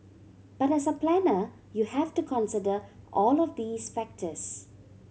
but as a planner you have to consider all of these factors